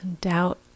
Doubt